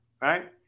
right